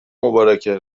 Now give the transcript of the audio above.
مبارکه